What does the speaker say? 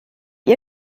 ihr